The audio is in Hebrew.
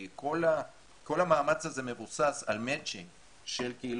כי כל המאמץ הזה מבוסס על מצ'ינג של קהילות